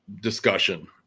discussion